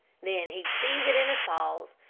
then he'd seize it in his paws,